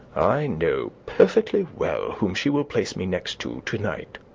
i know perfectly well whom she will place me next to, to-night.